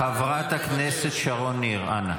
חברת הכנסת שרון ניר, אנא.